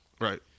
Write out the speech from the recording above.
right